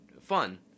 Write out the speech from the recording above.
fun